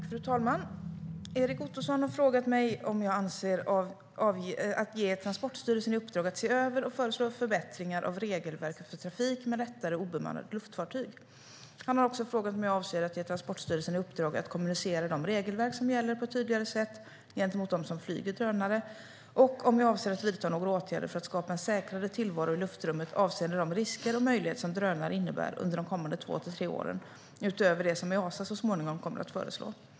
Fru talman! Erik Ottoson har frågat mig om jag avser att ge Transportstyrelsen i uppdrag att se över och föreslå förbättringar av regelverket för trafik med lättare obemannade luftfartyg. Han har också frågat om jag avser att ge Transportstyrelsen i uppdrag att kommunicera de regelverk som gäller på ett tydligare sätt gentemot den som flyger drönare, och om jag avser att vidta några åtgärder för att skapa en säkrare tillvaro i luftrummet avseende de risker och möjligheter som drönare innebär under de kommande 2-3 åren utöver det som Easa så småningom kommer att föreslå.